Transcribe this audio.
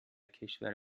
کشور